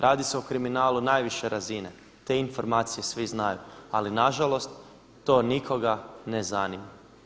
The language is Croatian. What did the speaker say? Radi se o kriminalu najviše razine, te informacije svi znaju ali nažalost to nikoga ne zanima.